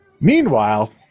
Meanwhile